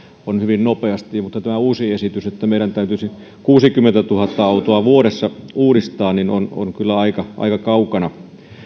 on hyvin nopeasti mutta tämä uusi esitys että meidän täytyisi kuusikymmentätuhatta autoa vuodessa uudistaa on on kyllä aika aika kaukana